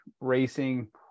racing